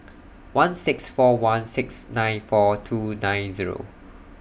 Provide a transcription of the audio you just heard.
one six four one six nine four two nine Zero